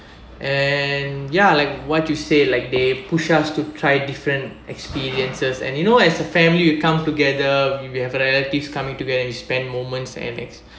and ya like what you said like they push us to try different experiences and you know as a family we'll come together if you have relatives coming together you spend moments and